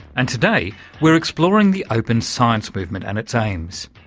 and today we're exploring the open science movement and its aims.